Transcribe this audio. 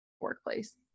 workplace